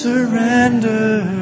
Surrender